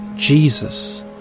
Jesus